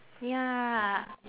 ya